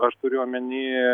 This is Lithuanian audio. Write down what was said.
ar turiu omeny